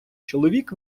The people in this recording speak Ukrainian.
чоловік